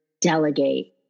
delegate